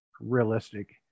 realistic